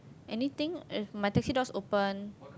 anything uh my taxi door's open